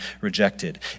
rejected